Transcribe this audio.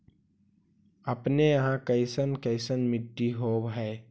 अपने यहाँ कैसन कैसन मिट्टी होब है?